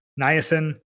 niacin